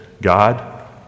God